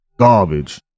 garbage